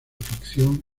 ficción